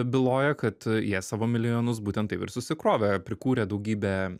byloja kad jie savo milijonus būtent taip ir susikrovė prikūrė daugybę